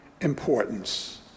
importance